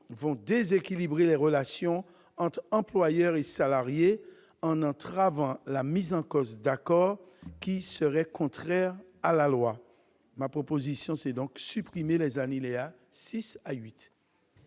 vont déséquilibrer les relations entre employeurs et salariés, en entravant la mise en cause d'accords qui seraient contraires à la loi. Nous proposons donc de supprimer les alinéas 6 à 8.